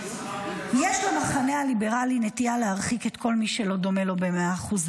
"יש למחנה הליברלי נטייה להרחיק את כל מי שלא דומה לו ב-100%.